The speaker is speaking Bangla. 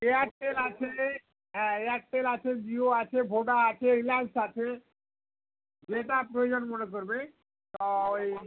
এয়ারটেল আছে হ্যাঁ এয়ারটেল আছে জিও আছে ভোডা আছে রিলায়েন্স আছে যেটা প্রয়োজন মনে করবে তা ওই